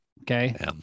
okay